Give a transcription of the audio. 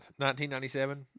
1997